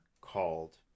called